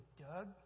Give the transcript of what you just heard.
Doug